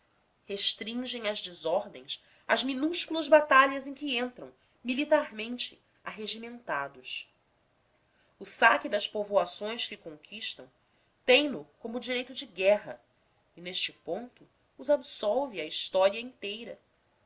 restringem as desordens às minúsculas batalhas em que entram militarmente arregimentados o saque das povoações que conquistam têm no como direito de guerra e neste ponto os absolve a história inteira